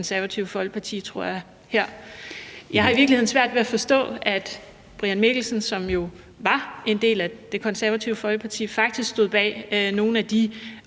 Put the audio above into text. Jeg har i virkeligheden svært ved at forstå, at hr. Brian Mikkelsen, som jo var en del af Det Konservative Folkeparti, faktisk stod bag nogle af de